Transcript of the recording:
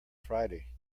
friday